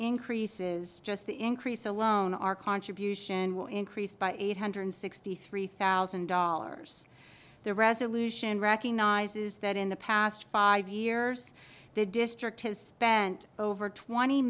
increases just the increase alone our contribution will increase by eight hundred sixty three thousand dollars the resolution recognizes that in the past five years the district has spent over twenty